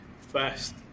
first